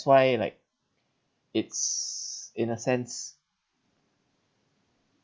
why like it's in a sense